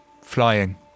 Flying